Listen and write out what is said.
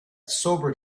sobered